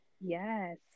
Yes